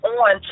on